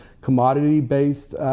commodity-based